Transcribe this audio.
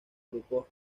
grupos